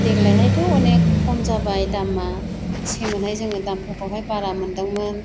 देग्लायहायथ' अनेख खम जाबाय दामआ सेमोनहाय जोङो दामफोरखौहाय बारा मोन्दोंमोन